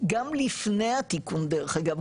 גם לפני התיקון דרך אגב,